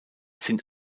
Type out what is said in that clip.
sind